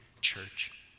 church